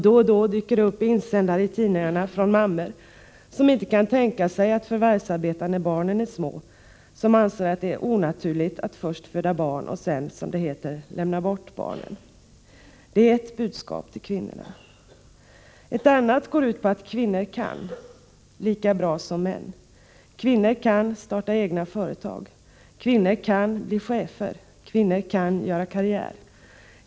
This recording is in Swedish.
Då och då dyker det upp insändare i tidningar från mammor som inte kan tänka sig att förvärvsarbeta när barnen är små, som anser att det är onaturligt att först föda barn och sedan, som det heter, lämna bort dem. — Det är ett budskap till kvinnorna. Ett annat går ut på att kvinnor kan — lika bra som män. Kvinnor kan — starta egna företag. Kvinnor kan — bli chefer. Kvinnor kan — göra karriär.